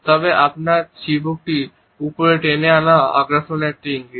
তবে আপনার চিবুকটি উপরে টেনে আনাও আগ্রাসনের একটি ইঙ্গিত